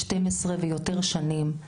12 ויותר שנים.